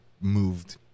moved